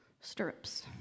stirrups